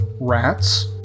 Rats